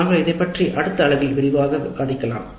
நாங்கள் இதைப் பற்றி அடுத்த பகுதியில் விரிவாக விவாதிக்கலாம்